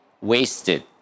wasted